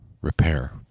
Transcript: Repair